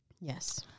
Yes